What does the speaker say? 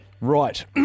Right